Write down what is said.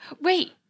Wait